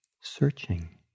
searching